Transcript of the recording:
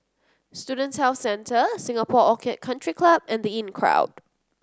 Student Health Centre Singapore Orchid Country Club and The Inncrowd